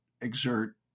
exert